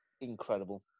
incredible